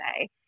say